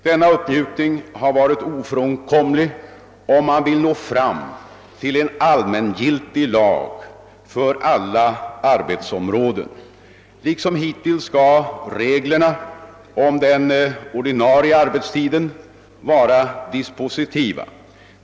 Denna uppmjukning har varit ofrånkomlig när man velat nå fram till en allmängiltig lag för alla arbetsområden. Liksom hittills skall reglerna om den ordinarie arbetstiden vara dispositiva.